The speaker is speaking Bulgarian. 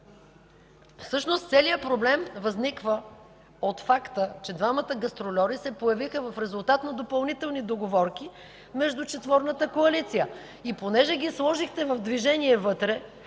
Всъщност целият проблем възниква от факта, че двамата гастрольори се появиха в резултат на допълнителни договорки между четворната коалиция. (Шум и реплики от ГЕРБ.) И понеже ги сложихте в движение вътре